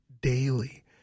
daily